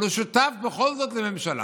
אבל הוא בכל זאת שותף לממשלה.